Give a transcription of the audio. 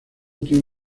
tiene